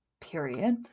period